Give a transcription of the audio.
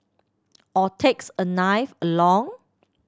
or takes a knife along